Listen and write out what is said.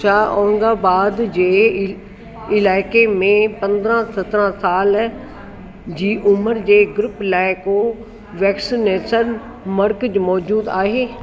छा औरंगाबाद जे इ इलाइक़े में पंद्रहं सत्रहं साल जी उमिरि जे ग्रुप लाइ को वैक्सनेशन मर्कज़ मौजूदु आहे